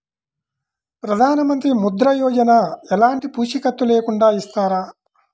ప్రధానమంత్రి ముద్ర యోజన ఎలాంటి పూసికత్తు లేకుండా ఇస్తారా?